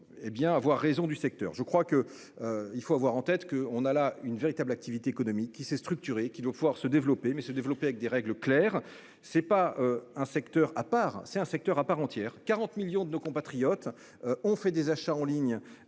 Hé bien avoir raison du secteur, je crois que. Il faut avoir en tête que on a là une véritable activité économique qui s'est structurée qui doit pouvoir se développer mais se développer avec des règles claires. C'est pas un secteur à part, c'est un secteur à part entière. 40 millions de nos compatriotes ont fait des achats en ligne.